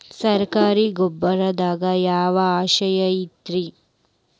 ಸರಕಾರಿ ಗೊಬ್ಬರದಾಗ ಯಾವ ಅಂಶ ಇರತೈತ್ರಿ?